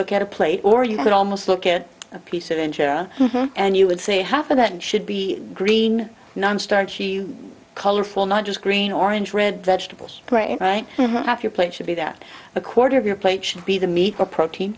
look at a plate or you could almost look at a piece of engineer and you would say half of that should be green nonstarter colorful not just green orange red vegetables right half your plate should be that a quarter of your plate should be the meat or protein